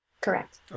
Correct